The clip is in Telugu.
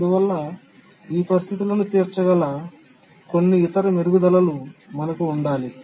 అందువల్ల ఈ పరిస్థితులను తీర్చగల కొన్ని ఇతర మెరుగుదలలు మనకు ఉండాలి